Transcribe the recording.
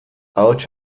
ahots